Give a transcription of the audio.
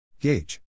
gauge